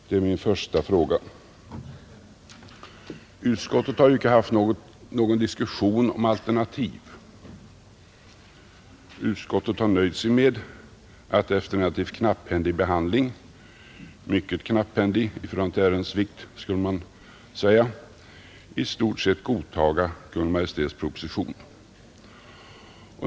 Det är min första fråga. Utskottet har ju icke haft någon diskussion om alternativ. Utskottet har nöjt sig med att efter en i förhållande till ärendets vikt mycket knapphändig behandling i stort sett godta Kungl. Maj:ts proposition.